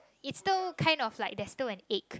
is still kind of like there's still an ache